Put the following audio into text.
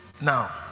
Now